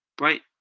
right